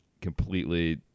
completely